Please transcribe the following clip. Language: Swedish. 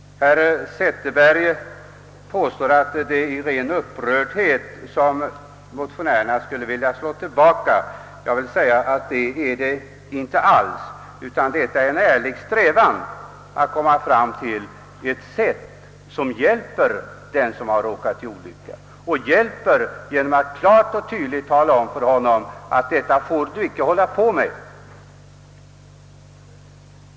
Sedan påstod herr Zetterberg att motionärerna i detta fall enbart vill slå tillbaka i ren upprördhet. Det vill vi inte alls. Vi har en ärlig strävan att finna ett sätt att hjälpa den som råkat i olycka; hjälpa genom att tydligt tala om för honom att detta får han inte fortsätta med.